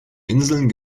inseln